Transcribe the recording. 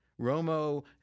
Romo